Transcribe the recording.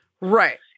Right